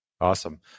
Awesome